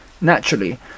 Naturally